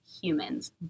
humans